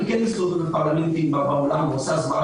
אני כן מסתובב בפרלמנטים בעולם ועושה הסברה